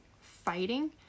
fighting